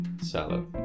Salad